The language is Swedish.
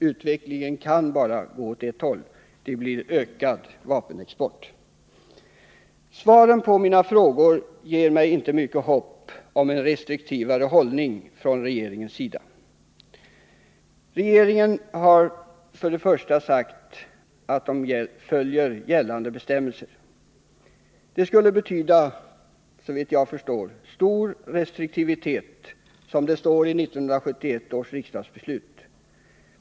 Utvecklingen kan bara gå åt ett håll. Det blir ökad vapenexport. Svaren på mina frågor ger mig inte mycket hopp om en restriktivare hållning från regeringens sida. Regeringen har för det första sagt att den följer gällande bestämmelser. Såvitt jag förstår, skulle det betyda stor restriktivitet, som det står i 1971 års riksdagsbeslut.